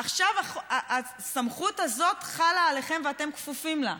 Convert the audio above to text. עכשיו הסמכות הזאת חלה עליכם ואתם כפופים לה.